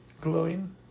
glowing